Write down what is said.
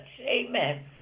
amen